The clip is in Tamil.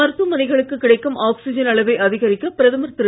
மருத்துவமனைகளுக்கு கிடைக்கும் ஆக்ஸிஜன் அளவை அதிகரிக்க பிரதமர் திரு